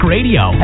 Radio